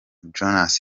jonas